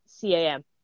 cam